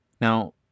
now